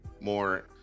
more